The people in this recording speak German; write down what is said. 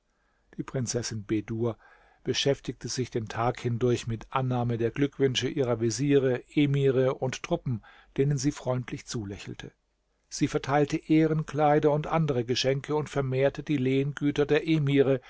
die prinzessin bedur beschäftigte sich den tag hindurch mit annahme der glückwünsche ihrer veziere emire und truppen denen sie freundlich zulächelte sie verteilte ehrenkleider und andere geschenke und vermehrte die lehengüter der emire